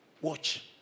watch